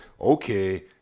okay